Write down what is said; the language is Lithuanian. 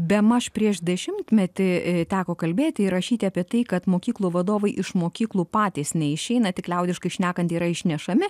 bemaž prieš dešimtmetį teko kalbėti ir rašyti apie tai kad mokyklų vadovai iš mokyklų patys neišeina tik liaudiškai šnekant yra išnešami